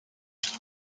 elle